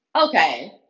okay